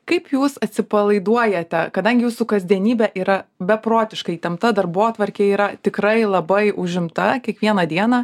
kaip jūs atsipalaiduojate kadangi jūsų kasdienybė yra beprotiškai įtempta darbotvarkė yra tikrai labai užimta kiekvieną dieną